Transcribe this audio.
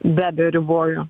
be abejo riboju